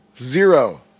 Zero